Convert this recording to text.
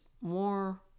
more